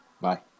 bye